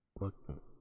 Look